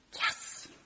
yes